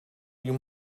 you